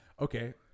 Okay